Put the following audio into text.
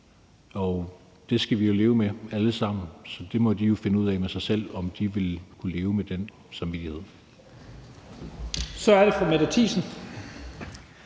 Det skal vi jo leve med alle sammen, og de må jo så finde ud af med sig selv, om de vil kunne leve med den samvittighed. Kl. 11:53 Første